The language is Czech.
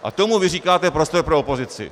A tomu vy říkáte prostor pro opozici.